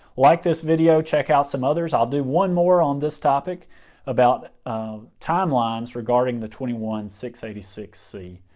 like this video. check out some others. i'll do one more on this topic about um timelines regarding the twenty one and eighty six c,